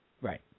Right